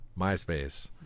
myspace